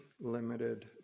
limited